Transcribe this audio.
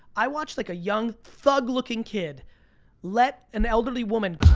i watched, like, a young thug-looking kid let an elderly woman